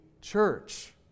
church